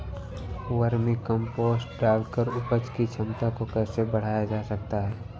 Vermi compost डालकर उपज की क्षमता को कैसे बढ़ाया जा सकता है?